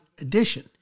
Edition